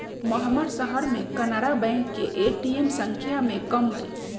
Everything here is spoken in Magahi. महम्मर शहर में कनारा बैंक के ए.टी.एम संख्या में कम हई